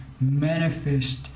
manifest